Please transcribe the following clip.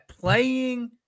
playing